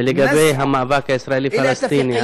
ולגבי המאבק הישראלי פלסטיני,